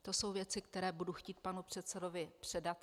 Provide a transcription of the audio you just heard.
To jsou věci, které budu chtít panu předsedovi předat.